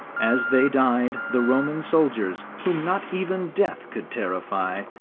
as they died the roman soldiers, whom not even death could terrify,